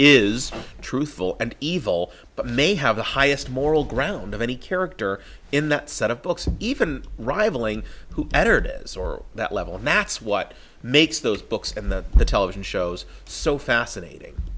is truthful and evil but may have the highest moral ground of any character in the set of books even rivaling who bettered is or that level and that's what makes those books and the the television shows so fascinating